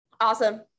Awesome